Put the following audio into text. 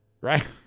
right